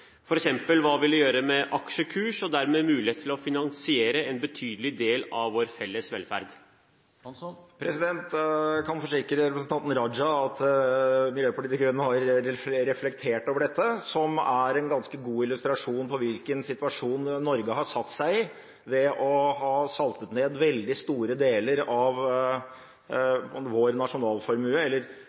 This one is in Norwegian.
børsene? Hva vil det f.eks. gjøre med aksjekurs og dermed muligheten til å finansiere en betydelig del av vår felles velferd? Jeg kan forsikre representanten Raja om at Miljøpartiet De Grønne har reflektert over dette, som er en ganske god illustrasjon på hvilken situasjon Norge har satt seg i ved å ha saltet ned veldig store deler av vår nasjonalformue, eller